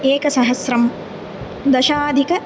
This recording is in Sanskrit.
एकसहस्रं दशाधिक